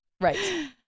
Right